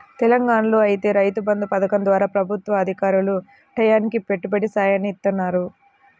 తెలంగాణాలో ఐతే రైతు బంధు పథకం ద్వారా ప్రభుత్వ అధికారులు టైయ్యానికి పెట్టుబడి సాయాన్ని ఇత్తన్నారు